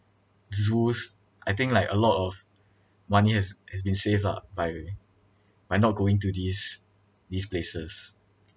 zoos I think like a lot of money has has been saved lah by by not going to these these places